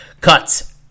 Cuts